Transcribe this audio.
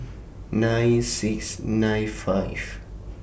nine six nine five